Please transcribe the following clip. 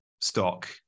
stock